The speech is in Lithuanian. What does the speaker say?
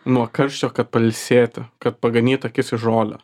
nuo karščio kad pailsėti kad paganyt akis į žolę